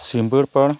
ᱥᱤᱢᱵᱟᱹᱲ ᱯᱟᱲ